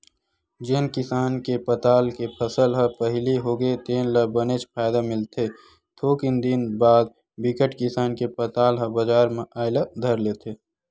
जेन किसान के पताल के फसल ह पहिली होगे तेन ल बनेच फायदा मिलथे थोकिन दिन बाद बिकट किसान के पताल ह बजार म आए ल धर लेथे